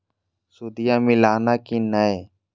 सुदिया मिलाना की नय?